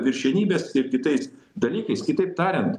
viršenybės ir kitais dalykais kitaip tariant